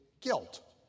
guilt